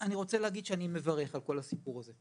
אני רוצה להגיד שאני מברך על כל הסיפור הזה.